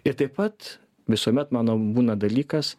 ir taip pat visuomet mano būna dalykas